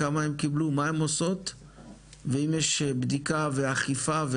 מה הן עושות ואם יש בדיקה ואכיפה,